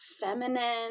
feminine